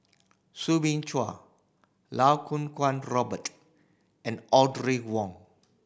Soo Bin Chua Iau Kuo Kwong Robert and Wong